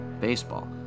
baseball